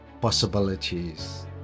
possibilities